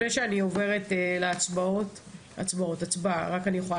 לפני שאני עוברת להצבעה רק אני יכולה